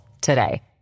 today